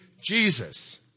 Jesus